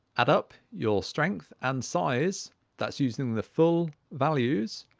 add up your strength and size that's using the full values,